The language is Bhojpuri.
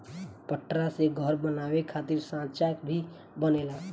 पटरा से घर बनावे खातिर सांचा भी बनेला